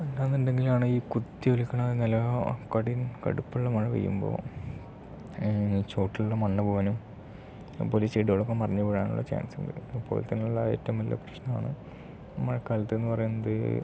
അല്ല എന്നുണ്ടെങ്കിലാണ് ഈ കുത്തി ഒലിക്കണലാണ് കടി കടുപ്പമുള്ള മഴ പെയ്യുമ്പോൾ ചുവട്ടിലുള്ള മണ്ണ് പോകാനും അതുപോലെ ചെടികളൊക്കെ മറിഞ്ഞ് വീഴാനുള്ള ചാൻസ് ഉണ്ട് അതുപോലെത്തന്നെയുള്ള ഏറ്റവും വലിയ പ്രശ്നമാണ് മഴക്കാലത്തെന്ന് പറയുന്നത്